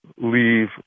leave